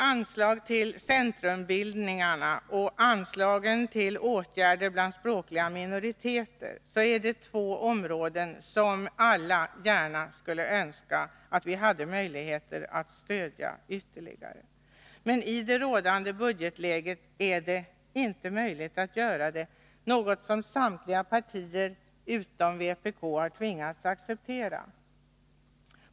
Anslagen till centrumbildningar och anslagen till åtgärder för språkliga minoriteter är två områden som alla gärna skulle önska att vi hade möjligheter att stödja ytterligare. Men i det rådande budgetläget är det inte möjligt att göra det, något som samtliga partier utom vpk tvingats acceptera.